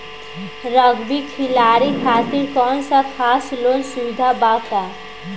Rugby खिलाड़ी खातिर कौनो खास लोन सुविधा बा का?